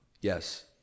Yes